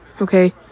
Okay